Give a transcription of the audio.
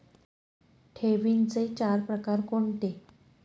ठेवींचे चार प्रकार कोणते?